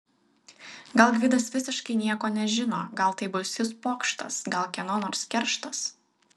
gal gvidas visiškai nieko nežino gal tai baisus pokštas gal kieno nors kerštas